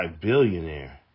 billionaire